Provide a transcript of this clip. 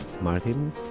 Martin